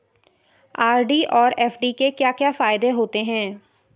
RD और FD के क्या क्या फायदे होते हैं?